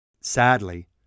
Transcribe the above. Sadly